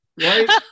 right